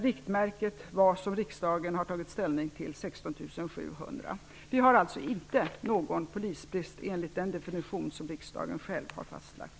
Riktmärket som riksdagen tagit ställning till var 16 700 poliser. Vi har alltså inte någon polisbrist enligt den definition som riksdagen själv har fastlagt.